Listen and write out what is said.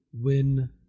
win